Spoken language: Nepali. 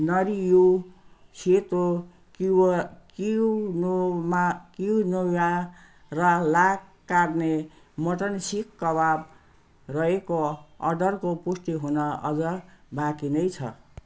नरी यु सेतो क्युओ क्वुनोमा क्वुनोआ र ला कार्ने मटन सिख कबाब रहेको अर्डरको पुष्टि हुन अझ बाँकी नै छ